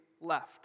left